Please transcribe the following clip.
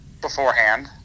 beforehand